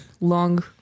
long